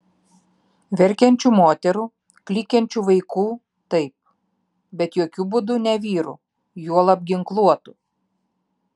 verkiančių moterų klykiančių vaikų taip bet jokiu būdu ne vyrų juolab ginkluotų